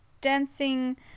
dancing